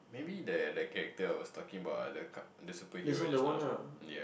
maybe the the character I was talking about ah the super hero just now ya